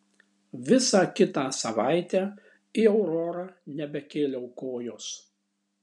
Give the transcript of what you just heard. visą kitą savaitę į aurorą nebekėliau kojos